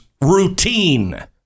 routine